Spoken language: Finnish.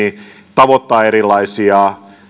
tavoittavat erilaisia